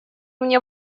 мне